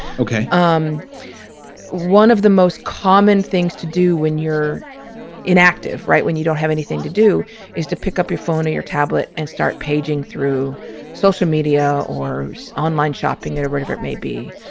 ok. um one of the most common things to do when you're inactive, right, when you don't have anything to do is to pick up your phone or your tablet and start paging through social media or use online shopping and whatever it may be.